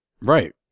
Right